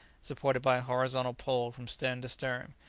supported by a horizontal pole from stem to stern,